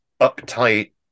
uptight